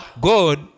God